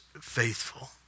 faithful